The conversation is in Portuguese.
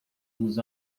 nos